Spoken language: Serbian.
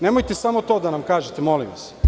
Nemojte samo to da nam kažete, molim vas.